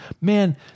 man